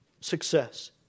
Success